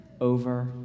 over